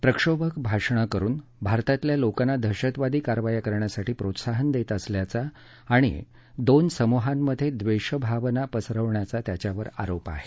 प्रक्षोभक भाषणं करून भारतातल्या लोकांना दहशतवादी कारवाया करण्यासाठी प्रोत्साहन देत असल्याचा आणि दोन समूहांमध्ये द्वेषभावना पसरवण्याचा त्याच्यावर आरोप आहे